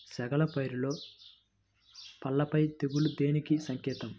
చేగల పైరులో పల్లాపై తెగులు దేనికి సంకేతం?